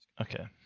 Okay